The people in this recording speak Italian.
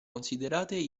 considerate